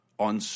On